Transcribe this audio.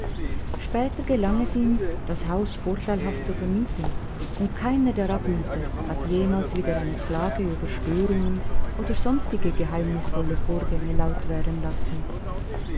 später gelang es ihm das haus vorteilhaft zu vermieten und keiner der abmieter hat jemals wieder eine klage über störungen oder sonstige geheimnisvolle vorgänge laut werden lassen